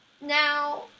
Now